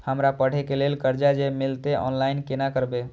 हमरा पढ़े के लेल कर्जा जे मिलते ऑनलाइन केना करबे?